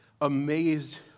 amazed